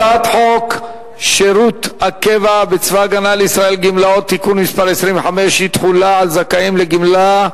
הצעת החוק תועבר להכנתה לקריאה שנייה ושלישית לוועדת הכלכלה של